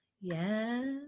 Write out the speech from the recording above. yes